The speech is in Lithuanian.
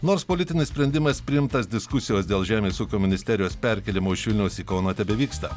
nors politinis sprendimas priimtas diskusijos dėl žemės ūkio ministerijos perkėlimo iš vilniaus į kauną tebevyksta